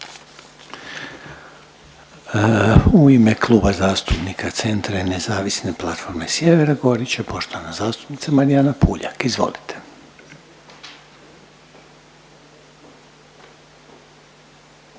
U ime Kluba zastupnika Centra i Nezavisne platforme Sjevera govorit će poštovana zastupnica Marijana Puljak, izvolite.